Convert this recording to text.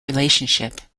relationship